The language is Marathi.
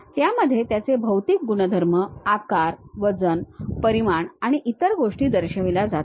त्यामध्ये त्याचे भौतिक गुणधर्म आकार वजन परिमाण आणि इतर गोष्टी दर्शविल्या जातात